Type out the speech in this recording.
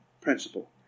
principle